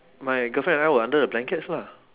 my girlfriend and I were under the blankets lah